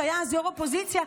שהיה אז ראש האופוזיציה,